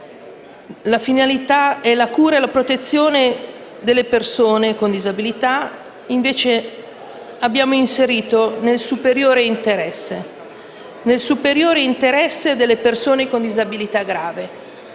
cui finalità è la cura e la protezione delle persone con disabilità. In tale finalità abbiamo inserito «nel superiore interesse delle persone con disabilità grave».